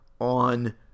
on